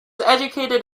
educated